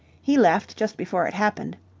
he left just before it happened.